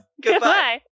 Goodbye